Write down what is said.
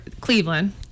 Cleveland